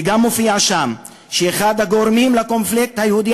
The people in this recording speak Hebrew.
וגם מופיע שם שאחד הגורמים לקונפליקט היהודי